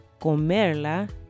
comerla